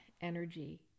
energy